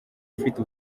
ufite